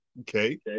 Okay